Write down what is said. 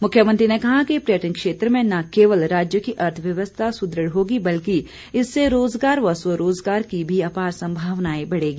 मुख्यमंत्री ने कहा कि पर्यटन क्षेत्र में न केवल राज्य की अर्थव्यवस्था सुदृढ़ होगी बल्कि इससे रोजगार व स्वरोजगार की भी अपार संभावनाएं बढ़ेगी